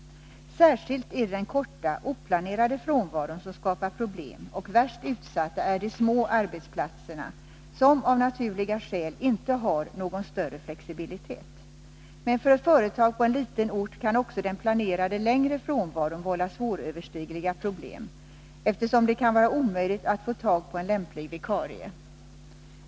Särskilt är det den korta, oplanerade frånvaron som skapar problem och värst utsatta är de små arbetsplatserna, som av naturliga skäl inte har någon större flexibilitet. Men för ett företag på en liten ort kan också den planerade längre frånvaron vålla svårlösta problem, eftersom det kan vara omöjligt att få tag på en lämplig vikarie.